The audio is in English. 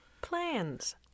Plans